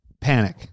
panic